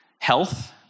health